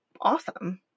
awesome